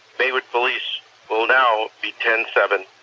maywood police will now ten seven,